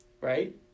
right